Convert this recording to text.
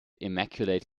immaculate